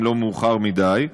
אם לא מאוחר מדי,